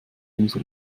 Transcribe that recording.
umso